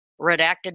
redacted